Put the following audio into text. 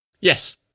Yes